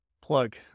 plug